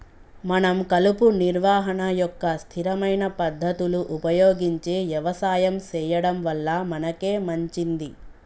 మనం కలుపు నిర్వహణ యొక్క స్థిరమైన పద్ధతులు ఉపయోగించి యవసాయం సెయ్యడం వల్ల మనకే మంచింది